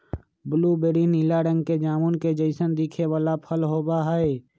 blueberry नीला रंग के जामुन के जैसन दिखे वाला फल होबा हई